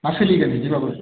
ना सोलिगोन बिदिबाबो